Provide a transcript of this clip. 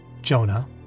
Jonah